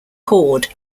cord